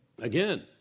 again